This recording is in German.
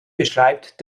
beschreibt